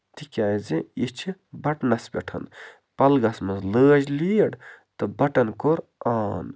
تِکیٛازِ یہِ چھِ بَٹنَس پٮ۪ٹھ پلگَس منٛز لٲج لیٖڈ تہٕ بَٹَن کوٚر آن